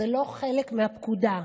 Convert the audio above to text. זה לא חלק מהפקודה.